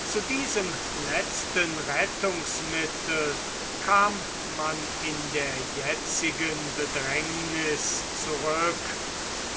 zu diesem letzten rettungsmittel kam man in der jetzigen bedrängniß zurück